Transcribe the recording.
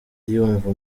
yumva